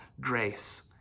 grace